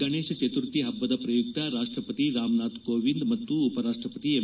ಗಣೇಶ ಚತುರ್ಥಿ ಹಬ್ಬದ ಪ್ರಯುಕ್ತ ರಾಷ್ಷಪತಿ ರಾಮನಾಥ್ ಕೋವಿಂದ್ ಮತ್ತು ಉಪ ರಾಷ್ಷಪತಿ ಎಂ